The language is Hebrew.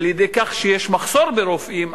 בגלל שיש מחסור ברופאים,